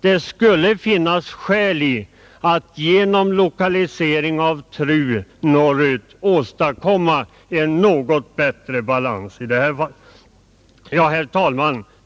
Det borde föreligga skäl för att genom lokalisering av TRU norrut åstadkomma en något bättre balans i det fallet. Herr talman!